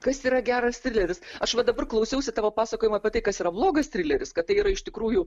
kas yra geras trileris aš va dabar klausiausi tavo pasakojimo apie tai kas yra blogas trileris kad tai yra iš tikrųjų